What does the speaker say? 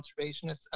conservationists